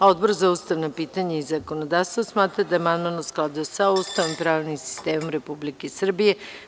Odbor za ustavna pitanja i zakonodavstvo smatra da je amandman u skladu sa Ustavom i pravnim sistemom Republike Srbije.